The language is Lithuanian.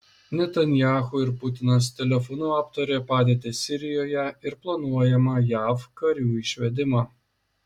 netanyahu ir putinas telefonu aptarė padėtį sirijoje ir planuojamą jav karių išvedimą